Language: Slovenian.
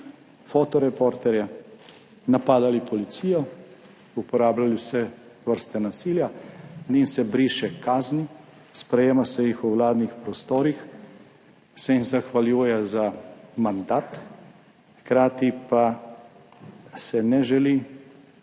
fotoreporterje, napadali policijo, uporabljali vse vrste nasilja, njim se briše kazni, sprejema se jih v vladnih prostorih, se jim zahvaljuje za mandat, hkrati pa se ne želi